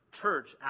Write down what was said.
church